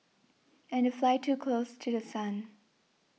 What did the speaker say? and they fly too close to The Sun